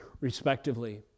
respectively